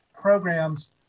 programs